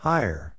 Higher